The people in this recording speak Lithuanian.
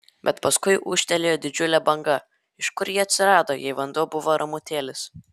bet paskui ūžtelėjo didžiulė banga iš kur ji atsirado jei vanduo buvo ramutėlis